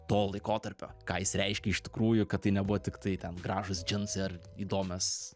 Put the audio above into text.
to laikotarpio ką jis reiškia iš tikrųjų kad tai nebuvo tiktai ten gražūs džinsai ar įdomios